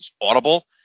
audible